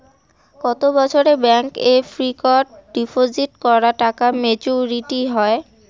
কত বছরে ব্যাংক এ ফিক্সড ডিপোজিট করা টাকা মেচুউরিটি হয়?